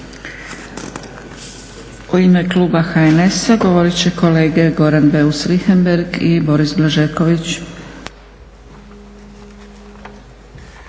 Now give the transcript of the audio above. U ime kluba HNS-a govorit će kolege Goran Beus Richemberg i Boris Blažeković.